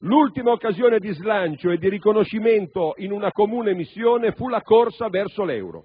l'ultima occasione di slancio e di riconoscimento in una comune missione fu la corsa verso l'euro.